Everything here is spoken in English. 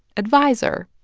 adviser,